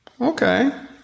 Okay